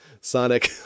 Sonic